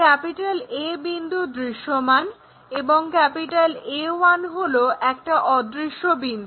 A বিন্দু দৃশ্যমান এবং A1 হলো একটা অদৃশ্য বিন্দু